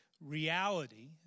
reality